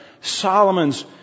Solomon's